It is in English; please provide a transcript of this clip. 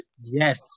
yes